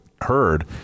heard